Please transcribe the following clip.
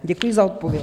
Děkuji za odpověď.